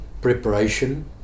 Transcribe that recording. preparation